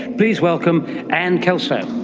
please welcome anne kelso.